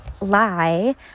lie